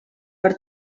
per